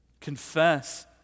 Confess